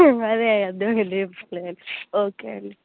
అదే కదా అర్థమైంది ఓకే అండి